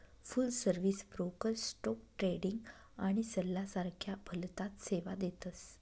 फुल service broker stock trading आणि सल्ला सारख्या भलताच सेवा देतस